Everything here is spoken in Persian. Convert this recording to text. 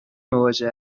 مواجه